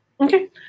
Okay